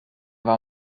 war